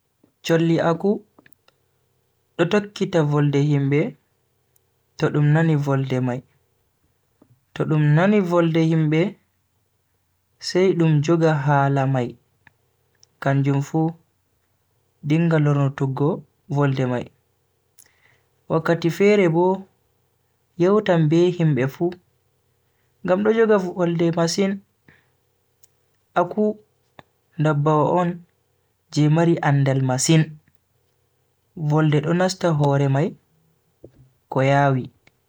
Cholli aku do tokkita volde himbe to dum nani volde mai to dum nani volde himbe sai dum joga hala mai kanjum fu dinga lornutuggo volde mai, wakkati fere bo yewtan be himbe fu ngam do joga volde masin. aku ndabbawa on je mari andal masin, volde do nasta hore mai ko yawi.